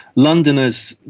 londoners,